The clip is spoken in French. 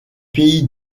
pays